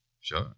Sure